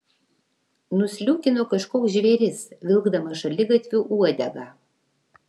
nusliūkino kažkoks žvėris vilkdamas šaligatviu uodegą